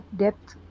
depth